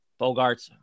bogarts